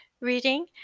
reading